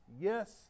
yes